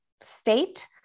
state